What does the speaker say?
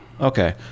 Okay